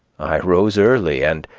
i rose early, and,